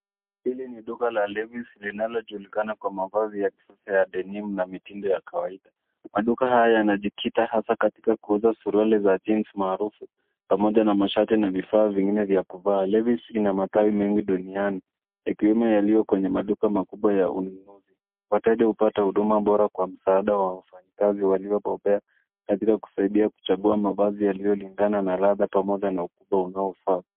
Hili ni duka la levis linalojulikana kwa mavazi ya kisasa ya denim na mitindo ya kawaida. Maduka haya yanajikita hasa katika kuuza suruali za jeans maarufu pamoja na mashati na vifaa vingine vya kuvaa. Levis ina matai mengi duniani ikiwemo yaliyo kwenye duka makubwa ya ununuzi. Wateja hupata huduma bora wa msaada wa wafanyikazi waliobobea katika kusaidia kuchagua mavazi yaliyolingana pamoja na ukubwa unaofaa.